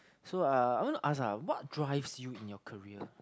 so uh I want to ask ah what drives you in your career